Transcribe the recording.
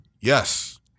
Yes